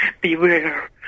beware